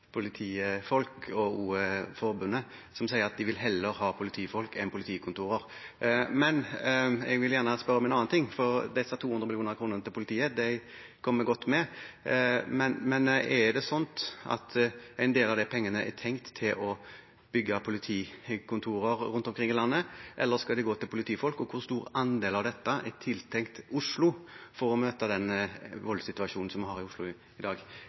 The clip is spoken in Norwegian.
vil gjerne spørre om noe annet. De 200 mill. kr til politiet kommer godt med, men er en del av de pengene tenkt brukt til å bygge politikontorer rundt omkring i landet, eller skal de gå til politifolk? Hvor stor andel av dette er tiltenkt Oslo for å møte den voldssituasjonen som vi har i Oslo i dag?